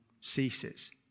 ceases